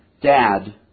Dad